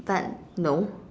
but no